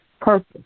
Purpose